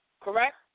Correct